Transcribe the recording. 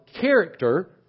character